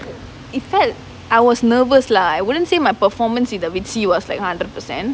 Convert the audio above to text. it felt I was nervous lah I wouldn't say my peformance in the vitsy was like hundred percent